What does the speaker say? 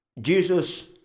Jesus